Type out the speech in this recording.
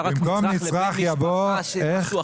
במקום נצרך יבוא, איך?